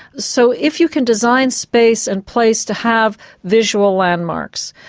so if you can design space and place to have visual landmarks,